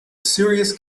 serious